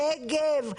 הנגב,